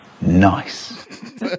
Nice